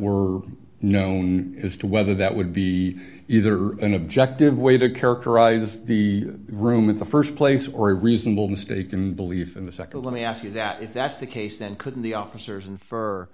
were known as to whether that would be either an objective way to characterize the room in the st place or a reasonable mistaken belief in the nd let me ask you that if that's the case then couldn't the officers and for